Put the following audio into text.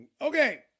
okay